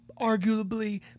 arguably